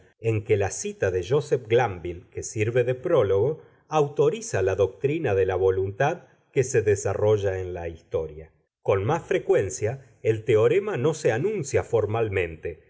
en que la cita de jóseph glánvill que sirve de prólogo autoriza la doctrina de la voluntad que se desarrolla en la historia con más frecuencia el teorema no se anuncia formalmente